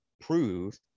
prove